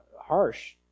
harsh